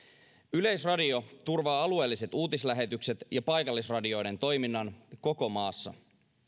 yleisradio turvaa alueelliset uutislähetykset ja paikallisradioiden toiminnan koko maassa